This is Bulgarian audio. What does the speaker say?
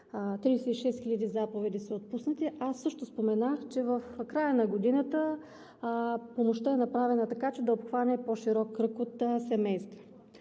36 хиляди заповеди са отпуснати. Аз също споменах, че в края на годината помощта е направена така, че да обхване по-широк кръг от семейства.